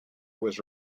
was